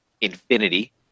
infinity